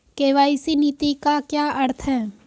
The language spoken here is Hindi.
के.वाई.सी नीति का क्या अर्थ है?